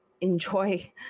enjoy